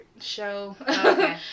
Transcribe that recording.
show